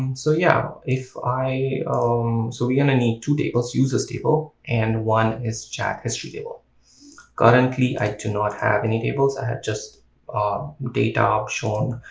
and so yeah if i um so we gonna need two tables user table and one is chathistory table currently i do not have any tables i have just data um shown